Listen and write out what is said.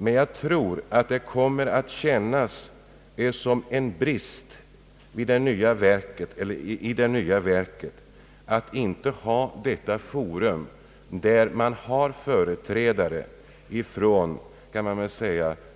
Men jag tror att det kommer att kännas som en brist i det nya verket att inte ha detta forum, där man har företrädare